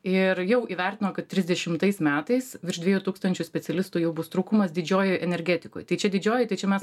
ir jau įvertino kaip trisdešimtais metais virš dviejų tūkstančių specialistų jau bus trūkumas didžiojoj energetikoj tai čia didžioji tai čia mes